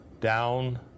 down